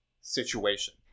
situation